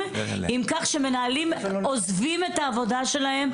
עם כך שמנהלים עוזבים את העבודה שלהם,